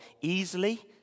easily